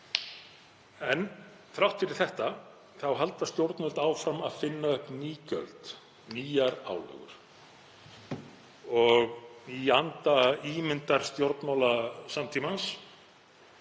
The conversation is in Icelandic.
Þrátt fyrir það halda stjórnvöld áfram að finna upp ný gjöld, nýjar álögur og í anda ímyndarstjórnmála samtímans,